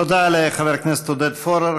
תודה לחבר הכנסת עודד פורר.